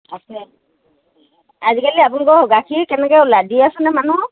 আছে আজিকালি আপোনালোকৰ গাখীৰ কেনেকৈ ওলায় দি আছেনে মানুহক